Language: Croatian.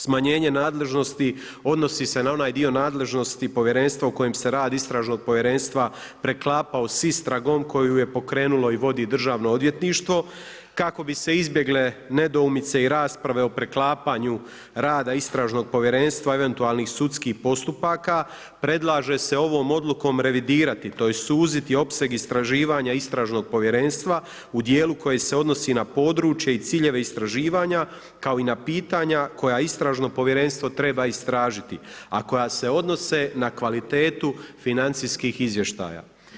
Smanjenje nadležnosti odnosi se na onaj dio nadležnosti povjerenstva u kojem se rad istražnog povjerenstva preklapao s istragom koju je pokrenulo i vodi državno odvjetništvo kako bi se izbjegle nedoumice i rasprave o preklapanju rada istražnog povjerenstva, eventualnih sudskih postupaka, predlaže se ovom odlukom revidirati, tj. suziti opseg istraživanja istražnog povjerenstva u djelu koje se odnosi na područje i ciljeve istraživanja, kao i na pitanja koja istražno povjerenstvo treba istražiti, a koja se odnose na kvalitetu financijskih izvještaja.